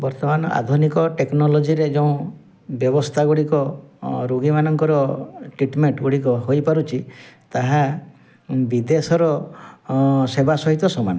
ବର୍ତ୍ତମାନ ଆଧୁନିକ ଟେକ୍ନୋଲୋଜିରେ ଯେଉଁ ବ୍ୟବସ୍ଥା ଗୁଡ଼ିକ ରୋଗୀମାନଙ୍କର ଟ୍ରିଟମେଣ୍ଟ୍ ଗୁଡ଼ିକ ହୋଇପାରୁଛି ତାହା ବିଦେଶର ସେବା ସହିତ ସମାନ